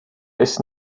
ist